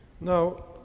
Now